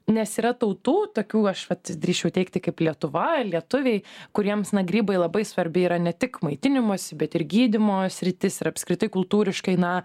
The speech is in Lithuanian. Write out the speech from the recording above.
nes yra tautų tokių aš vat drįsčiau teigti kaip lietuva lietuviai kuriems grybai labai svarbi yra ne tik maitinimosi bet ir gydymo sritis ir apskritai kultūriškai na